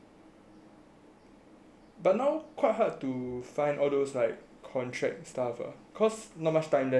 but now quite hard to find all those like contract stuff ah cause not much time left before our university start